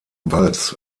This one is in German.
walz